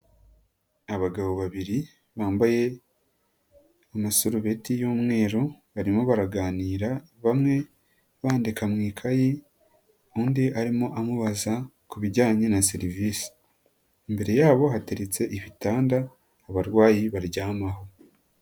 Abagabo babiri bambaye amaserubeti y'umweru barimo baraganira bamwe bandika mu ikayi undi arimo amubaza ku bijyanye na serivisi, mbere yabo hateretse ibitanda abarwayi baryamaho.